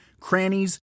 crannies